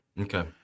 Okay